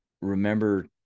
remember